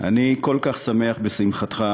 אני כל כך שמח בשמחתך,